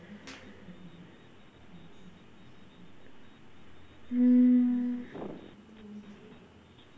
mm